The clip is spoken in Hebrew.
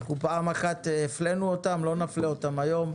אחת הפלינו אותם ולא נפלה אותם היום.